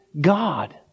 God